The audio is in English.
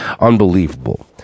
Unbelievable